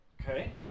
Okay